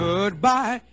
Goodbye